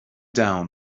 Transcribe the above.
down